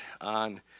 on